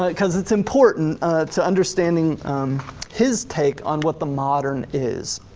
but cause it's important to understanding his take on what the modern is.